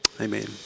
Amen